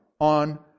on